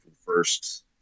first